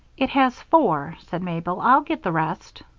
it has four, said mabel. i'll get the rest.